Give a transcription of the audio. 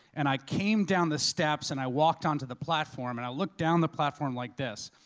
and i came down the steps, and i walked onto the platform, and i looked down the platform like this.